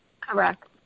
Correct